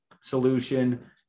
solution